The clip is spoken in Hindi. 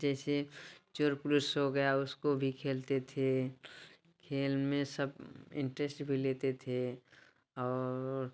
जैसे चोर पुलिस हो गया उसको भी खेलते थे खेल में सब इंटरेस्ट भी लेते थे और